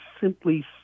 simply